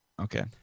Okay